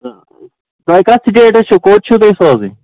تۄہہِ کَتھ سِٹیٹَس چھُو کوٚت چھُو تۄہہِ سوزٕنۍ